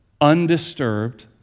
undisturbed